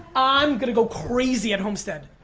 i'm gonna go crazy at homestead.